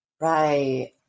right